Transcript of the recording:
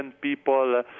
people